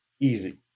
easy